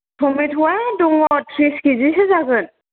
टमेट'आ दङ थ्रिस केजिसो जागोन